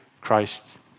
Christ